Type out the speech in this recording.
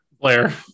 Blair